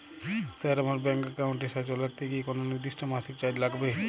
Sir আমার bank একাউন্টটি সচল রাখতে কি কোনো নির্দিষ্ট মাসিক চার্জ লাগবে?